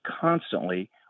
constantly